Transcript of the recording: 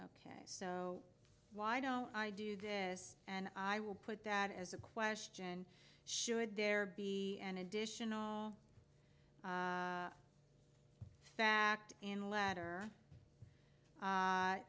k so why don't i do this and i will put that as a question should there be an additional fact and letter